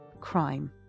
crime